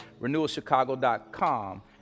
RenewalChicago.com